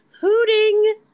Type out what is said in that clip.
Hooting